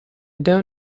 don’t